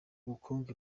ubukungu